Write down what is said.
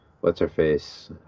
what's-her-face